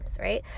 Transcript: right